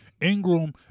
Ingram